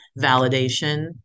validation